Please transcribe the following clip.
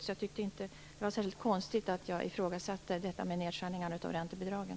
Jag tycker inte att det var särskilt konstigt att jag ifrågasatte detta med nedskärningarna av räntebidragen.